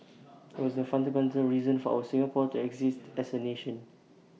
IT was the fundamental reason for our Singapore to exist as A nation